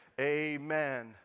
amen